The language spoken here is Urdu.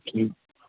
ٹھیک